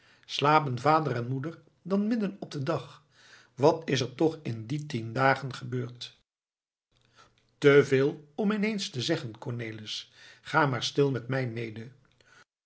slapen vader en moeder dan midden op den dag wat is er toch in die tien dagen gebeurd te veel om ineens te zeggen cornelis ga maar stil met mij mede